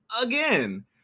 again